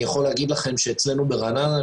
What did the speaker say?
אני יכול להגיד לכם שאצלנו ברעננה,